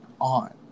on